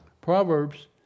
Proverbs